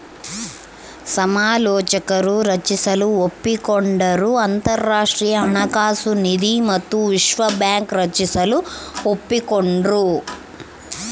ಸಮಾಲೋಚಕರು ರಚಿಸಲು ಒಪ್ಪಿಕೊಂಡರು ಅಂತರಾಷ್ಟ್ರೀಯ ಹಣಕಾಸು ನಿಧಿ ಮತ್ತು ವಿಶ್ವ ಬ್ಯಾಂಕ್ ರಚಿಸಲು ಒಪ್ಪಿಕೊಂಡ್ರು